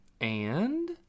And